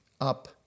up